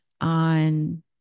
on